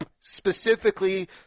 Specifically